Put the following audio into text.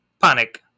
panic